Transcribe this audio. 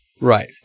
Right